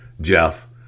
Jeff